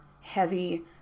heavy